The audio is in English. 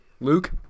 Luke